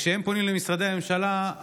כשהם פונים למשרדי הממשלה,